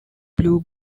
blue